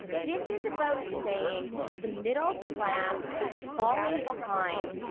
this is about saying the middle class is falling behind.